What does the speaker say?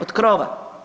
Od krova.